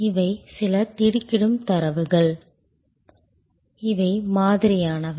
இவை சில திடுக்கிடும் தரவுகள் இவை மாதிரியானவை